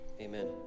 Amen